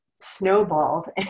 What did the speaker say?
snowballed